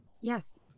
Yes